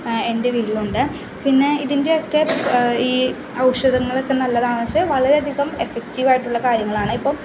എൻ്റെ വീട്ടിലുണ്ട് പിന്നെ ഇതിൻ്റെ ഒക്കെ ഈ ഔഷധങ്ങളൊക്കെ നല്ലതാണ് ച്ച വളരെ അധികം എഫക്റ്റീവായിട്ടുള്ള കാര്യങ്ങളാണിപ്പം